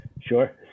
Sure